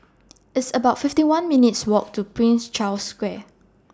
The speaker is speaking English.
It's about fifty one minutes' Walk to Prince Charles Square